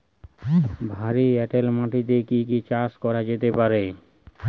ভারী এঁটেল মাটিতে কি কি চাষ করা যেতে পারে?